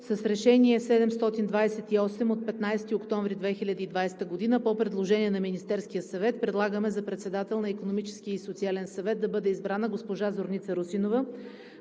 С Решение № 728 от 15 октомври 2020 г. по предложение на Министерския съвет предлагаме за председател на Икономическия и социален съвет да бъде избрана госпожа Зорница Русинова.